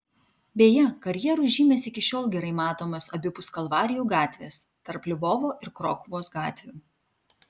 beje karjerų žymės iki šiol gerai matomos abipus kalvarijų gatvės tarp lvovo ir krokuvos gatvių